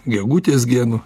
gegutės genu